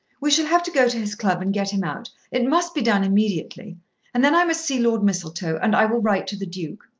we shall have to go to his club and get him out. it must be done immediately and then i must see lord mistletoe, and i will write to the duke.